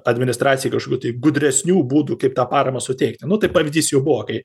administracijai kažkokių tai gudresnių būdų kaip tą paramą suteikti nu tai pavyzdys jau buvo kai